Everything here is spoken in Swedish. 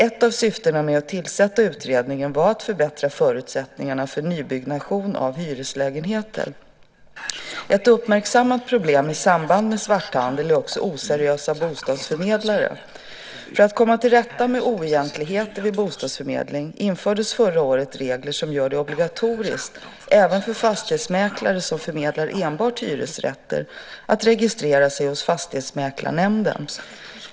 Ett av syftena med att tillsätta utredningen var att förbättra förutsättningarna för nybyggnation av hyreslägenheter. Ett uppmärksammat problem i samband med svarthandel är också oseriösa bostadsförmedlare. För att komma till rätta med oegentligheter vid bostadsförmedling infördes förra året regler som gör det obligatoriskt även för fastighetsmäklare som förmedlar enbart hyresrätter att registrera sig hos Fastighetsmäklarnämnden.